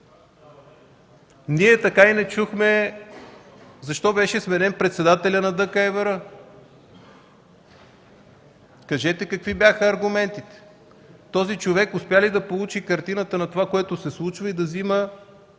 Ние така и не чухме защо беше сменен председателят на ДКЕВР. Кажете какви бяха аргументите! Този човек успя ли да получи картината на това, което се случва и да взима